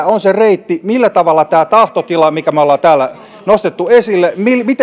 on se reitti millä tavalla tämä tahtotila minkä me olemme täällä nostaneet esille